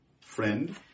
friend